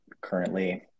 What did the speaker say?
currently